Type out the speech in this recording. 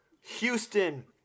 Houston